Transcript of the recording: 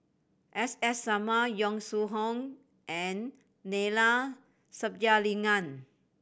S S Sarma Yong Shu Hoong and Neila Sathyalingam